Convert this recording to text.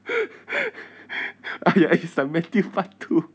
I I it's like matthew part two